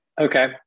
Okay